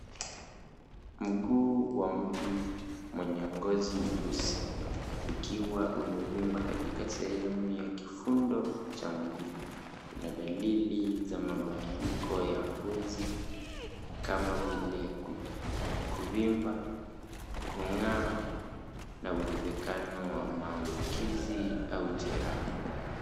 Mguu wa mtu mwenye ngozi nyeusi ukiwa umevimba katika sehemu ya kifundo cha mguu, kuna dalili za mabadiliko ya ngozi kama vile kuvimba, kungaa na uwezekano wa maambukizi au jeraha.